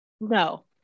No